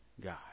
God